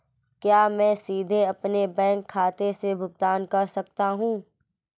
क्या मैं सीधे अपने बैंक खाते से भुगतान कर सकता हूं?